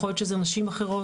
יכול להיות שזה נשים אחרות.